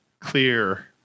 clear